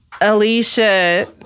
Alicia